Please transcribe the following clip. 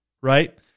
right